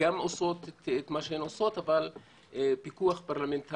עושות את מה שהן עושות אינטנסיבית אבל פיקוח פרלמנטרי